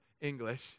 English